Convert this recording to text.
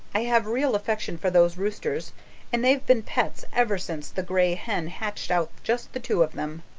i have real affection for those roosters and they've been pets ever since the gray hen hatched out just the two of them.